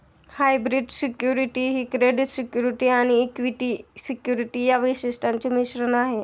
hybrid security ही credit security आणि equity security या वैशिष्ट्यांचे मिश्रण आहे